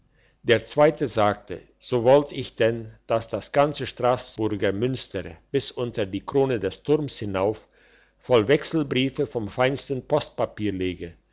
der zweite sagte so wollt ich denn dass das ganze strassburger münster bis unter die krone des turmes hinauf voll wechselbriefe vom feinsten postpapier läge